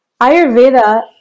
Ayurveda